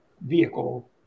vehicle